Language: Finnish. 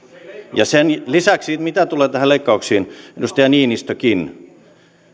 ja sen lisäksi mitä tulee näihin leikkauksiin edustaja niinistökin